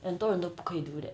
很多人都不可以 do that